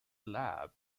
lab